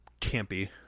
campy